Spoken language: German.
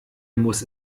muss